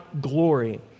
glory